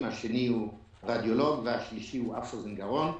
השני הוא רדיולוג והשלישי הוא אף אוזן גרון.